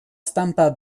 stampa